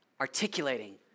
articulating